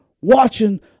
watching